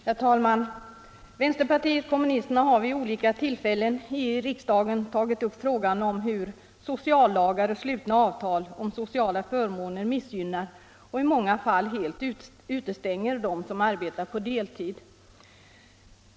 Herr talman! Vänsterpartiet kommunisterna har vid olika tillfällen i riksdagen tagit upp frågan om hur sociallagar och slutna avtal om sociala förmåner missgynnar och i många fall helt utestänger dem som arbetar på deltid.